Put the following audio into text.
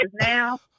now